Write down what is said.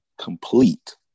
complete